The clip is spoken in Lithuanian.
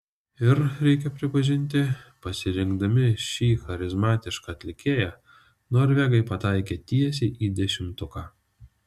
ir reikia pripažinti pasirinkdami šį charizmatišką atlikėją norvegai pataikė tiesiai į dešimtuką